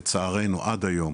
לצערנו עד היום